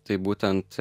tai būtent